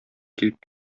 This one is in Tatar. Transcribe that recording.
килеп